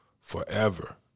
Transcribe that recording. forever